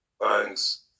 thanks